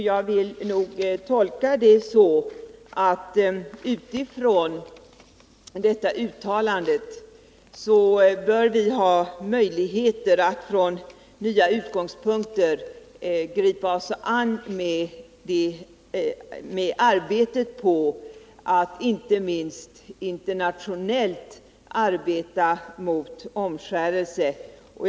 Jag vill tolka — omskärelse av uttalandet så att vi bör ha möjlighet att från nya utgångspunkter gripa oss an — kvinnor, m. med arbetet på att, inte minst internationellt, motarbeta omskärelse av kvinnor.